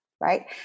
right